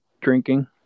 drinking